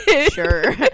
Sure